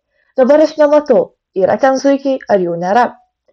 dabar aš nematau yra ten zuikiai ar jų nėra